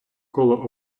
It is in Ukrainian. коло